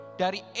dari